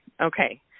Okay